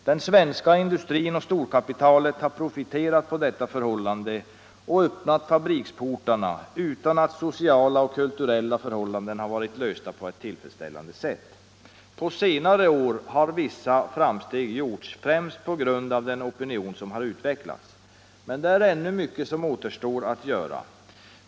Den svenska industrin och storkapitalet har profiterat på detta och Nr 80 öppnat fabriksportarna utan att sociala och kulturella förhållanden varit Onsdagen den ordnade på ett tillfredsställande sätt. 14 maj 1975 På senare år har vissa framsteg gjorts, främst på grund av den opinion som utvecklats. Men ännu återstår mycket att göra.